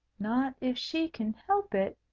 not if she can help it,